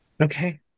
Okay